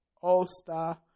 All-Star